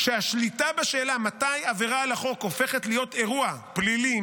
שלפיה השליטה בשאלה מתי עבירה על החוק הופכת להיות אירוע פלילי,